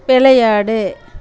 விளையாடு